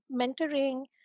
mentoring